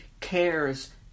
cares